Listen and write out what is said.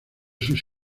sus